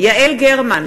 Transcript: יעל גרמן,